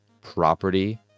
property